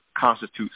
constitutes